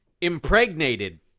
impregnated